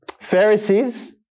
Pharisees